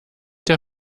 der